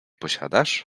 posiadasz